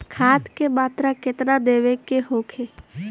खाध के मात्रा केतना देवे के होखे?